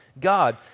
God